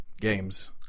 Games